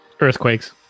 Earthquakes